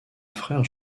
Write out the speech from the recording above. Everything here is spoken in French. frère